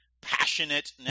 passionate